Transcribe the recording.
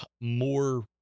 more